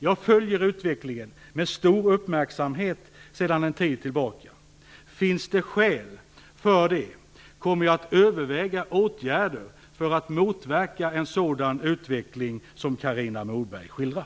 Jag följer utvecklingen med stor uppmärksamhet sedan en tid tillbaka. Finns det skäl för det kommer jag att överväga åtgärder för att motverka en sådan utveckling som Carina Moberg skildrar.